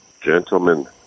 Gentlemen